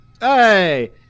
Hey